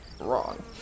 Wrong